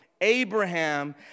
Abraham